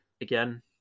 again